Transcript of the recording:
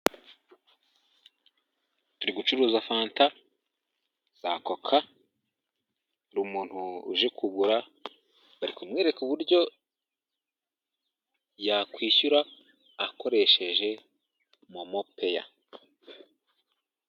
Turi gucuruza fanta za koka, hari umuntu uje kugura bari kumwereke uburyo yakwishyura akoresheje momo peya.